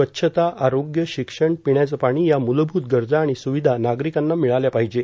स्वच्छताए आरोग्यए शिक्षणए पिण्याचे पाणी या म्लभूत गरजा आणि सुविधा नागरिकांना मिळाल्या पाहिजे